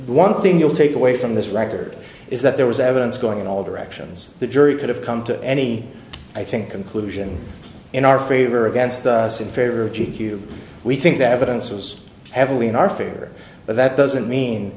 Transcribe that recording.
one thing you'll take away from this record is that there was evidence going in all directions the jury could have come to any i think conclusion in our favor against us in favor of g q we think that evidence was heavily in our favor but that doesn't